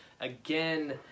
again